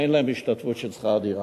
אין להם השתתפות של שכר דירה.